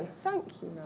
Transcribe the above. thank you,